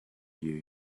you